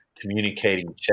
communicating